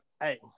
hey